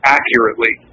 accurately